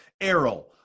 Errol